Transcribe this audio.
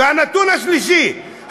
והנתון השלישי,